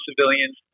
civilians